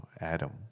Adam